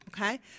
okay